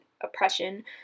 oppression